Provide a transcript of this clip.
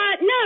No